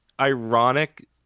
ironic